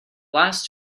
last